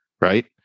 Right